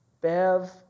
Bev